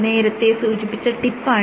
നേരത്തെ സൂചിപ്പിച്ച ടിപ്പാണിത്